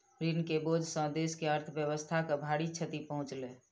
ऋण के बोझ सॅ देस के अर्थव्यवस्था के भारी क्षति पहुँचलै